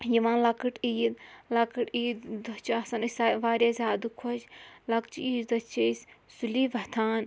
یِوان لَکٕٹۍ عیٖد لَکٕٹۍ عیٖد دۄہ چھِ آسان أسۍ سا واریاہ زیادٕ خۄش لَکچہِ عیٖذ دۄہ چھِ أسۍ سُلے وَتھان